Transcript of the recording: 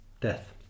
Death